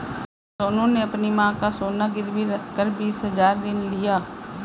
सोनू ने अपनी मां का सोना गिरवी रखकर बीस हजार ऋण लिया